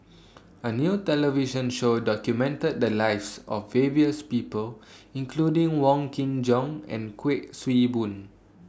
A New television Show documented The Lives of various People including Wong Kin Jong and Kuik Swee Boon